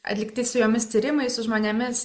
atlikti su jomis tyrimai su žmonėmis